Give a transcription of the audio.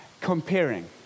comparing